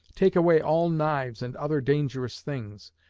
take away all knives, and other dangerous things.